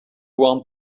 want